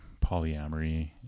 polyamory